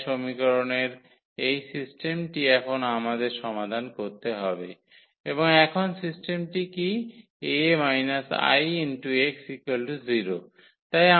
তাই সমীকরণের এই সিস্টেমটি এখন আমাদের সমাধান করতে হবে এবং এখন সিস্টেমটি কী 𝐴 𝐼𝑥0